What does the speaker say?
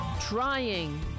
trying